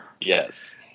Yes